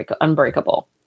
unbreakable